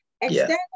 external